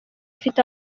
ifite